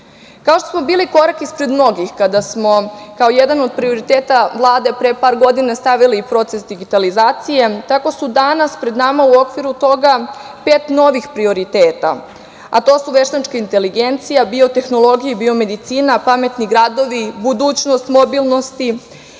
Kao što smo bili korak ispred mnogih kada smo kao jedan od prioriteta Vlade pre par godina stavili proces digitalizacije, tako su danas pred nama u okviru toga pet novih prioriteta, a to su veštačka inteligencija, biotehnologije, bio-medicina, pametni gradovi, budućnost mobilnosti